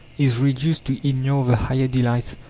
is reduced to ignore the higher delights,